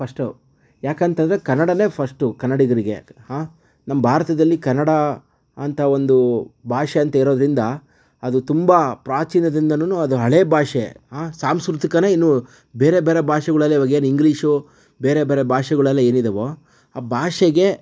first ಯಾಕಂತಂದರೆ ಕನ್ನಡನೇ first ಕನ್ನಡಿಗರಿಗೆ ಹಾ ನಮ್ಮ ಭಾರತದಲ್ಲಿ ಕನ್ನಡ ಅಂತ ಒಂದು ಭಾಷೆ ಅಂತ ಇರೋದರಿಂದ ಅದು ತುಂಬಾ ಪ್ರಾಚೀನದಿಂದನು ಅದು ಹಳೆಯ ಭಾಷೆ ಹಾ ಸಾಂಸ್ಕೃತಿಕನೇ ಇನ್ನೂ ಬೇರೆ ಬೇರೆ ಭಾಷೆಗಳೆಲ್ಲ ಇವಾಗೇನು ಇಂಗ್ಲೀಷು ಬೇರೆ ಬೇರೆ ಭಾಷೆಗಳೆಲ್ಲ ಏನಿದ್ದಾವೋ ಆ ಭಾಷೆಗೆ